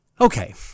Okay